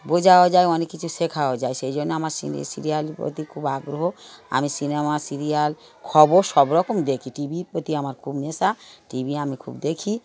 বোঝাও যায় অনেক কিছু শেখাও যায় সেই জন্য আমার সিরিয়ালের প্রতি খুব আগ্রহ আমি সিনেমা সিরিয়াল খবর সব রকম দেখি টি ভির প্রতি আমার খুব নেশা টি ভি আমি খুব দেখি